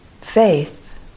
Faith